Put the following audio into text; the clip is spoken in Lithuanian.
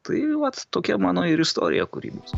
tai vat tokia mano ir istorija kūrybos